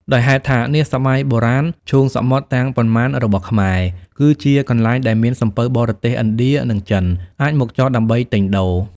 ដោយហេតុថា នាសម័យបុរាណឈូងសមុទ្រទាំងប៉ុន្មានរបស់ខ្មែរ គឺជា កន្លែងដែលមាន សំពៅបរទេសឥណ្ឌា និងចិន អាចមកចតដើម្បីទិញដូរ ។